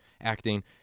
acting